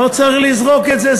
לא צריך לזרוק את זה.